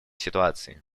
ситуации